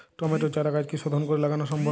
টমেটোর চারাগাছ কি শোধন করে লাগানো সম্ভব?